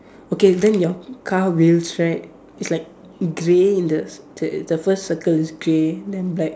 okay then your car wheels right it's like grey in the the the first circle is grey then like